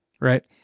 right